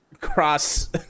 cross